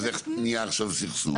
אז איך נהיה עכשיו סכסוך.